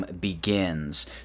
Begins